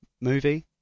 movie